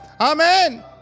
Amen